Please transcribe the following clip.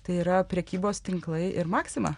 tai yra prekybos tinklai ir maksima